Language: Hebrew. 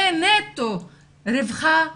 זה נטו רווחה וחינוך,